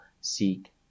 seek